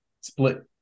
split